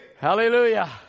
Hallelujah